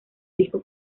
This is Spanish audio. disco